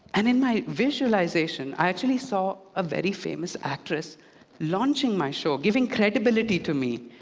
and in my visualization i actually saw a very famous actress launching my show, giving credibility to me.